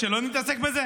את רוצה שלא נתעסק בזה?